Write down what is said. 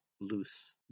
loose